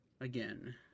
Again